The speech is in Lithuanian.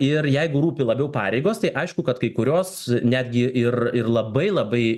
ir jeigu rūpi labiau pareigos tai aišku kad kai kurios netgi ir ir labai labai